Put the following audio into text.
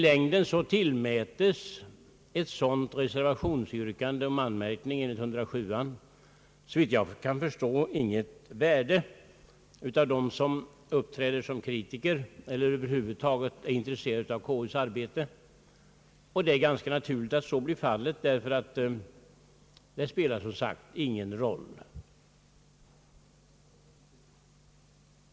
I längden tillmätes ett sådant reservationsyrkande om anmärkning enligt § 107 såvitt jag kan förstå inget värde av dem som uppträder som kritiker elier över huvud taget är intresserade av konstitutionsutskottets arbete. Det är ganska naturligt att så blir fallet, ty aktionen spelar som sagt ingen roll.